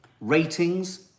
Ratings